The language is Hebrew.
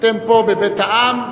אתם פה בבית העם,